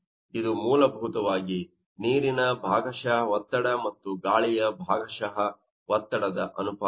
ಆದ್ದರಿಂದ ಇದು ಮೂಲಭೂತವಾಗಿ ನೀರಿನ ಭಾಗಶಃ ಒತ್ತಡ ಮತ್ತು ಗಾಳಿಯ ಭಾಗಶಃ ಒತ್ತಡ ಅನುಪಾತವಾಗಿದೆ